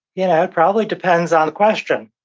yeah it probably depends on the question.